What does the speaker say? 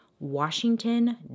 Washington